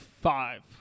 five